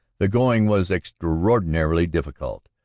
the going was extraordinarily diffi cult,